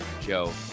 Joe